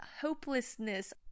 hopelessness